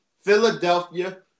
Philadelphia